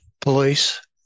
police